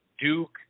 Duke